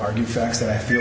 argue facts that i feel